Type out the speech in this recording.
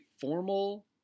formal